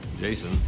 Jason